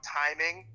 timing